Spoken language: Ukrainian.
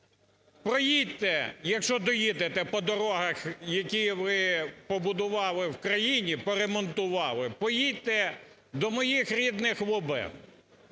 Проїдьте, якщо доїдете, по дорогах, які ви побудували в країні, поремонтували. Поїдьте до моїх рідних